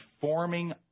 forming